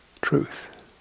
truth